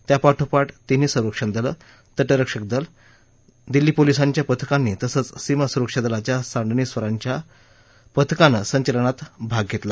त्यापाठोपाठ तिन्ही संरक्षण दलं तटरक्षक दल दिल्ली पोलिसांच्या पथकांनी तसंच सीमा सुरक्षा दलाच्या सांडणीस्वारांच्या पथकांनं संचलनात भाग घेतला